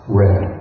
red